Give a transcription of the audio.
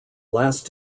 last